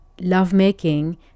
lovemaking